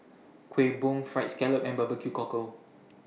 Kuih Bom Fried Scallop and Barbecue Cockle